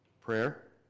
Prayer